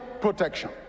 protection